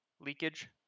leakage